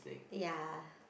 ya